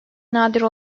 nadir